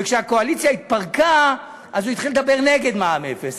וכשהקואליציה התפרקה הוא התחיל לדבר נגד מע"מ אפס.